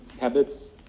habits